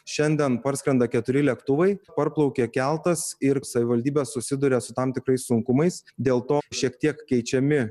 šiandien parskrenda keturi lėktuvai parplaukė keltas ir savivaldybės susiduria su tam tikrais sunkumais dėl to šiek tiek keičiami